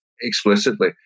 explicitly